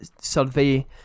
survey